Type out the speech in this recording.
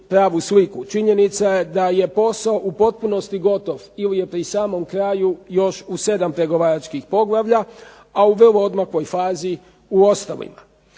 Činjenica je da je posao u potpunosti gotov ili je pri samom kraju još u 7 pregovaračkih poglavlja, a u vrlo odmakloj fazi u ostalima.